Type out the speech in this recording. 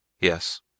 yes